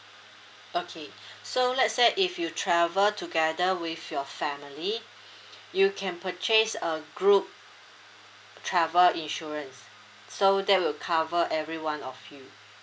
okay so let's say if you travel together with your family you can purchase a group travel insurance so that will cover everyone of you